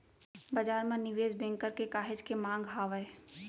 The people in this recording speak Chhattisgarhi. बजार म निवेस बेंकर के काहेच के मांग हावय